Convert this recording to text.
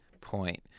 point